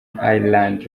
island